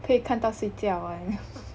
可以看到睡觉 [one]